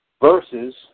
Versus